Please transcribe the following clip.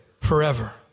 forever